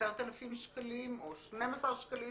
10,000 שקלים או 12 שקלים,